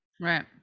Right